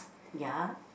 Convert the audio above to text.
ya